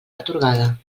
atorgada